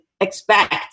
expect